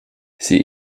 sie